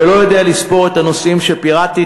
ולא יודע לספור את הנושאים שפירטתי,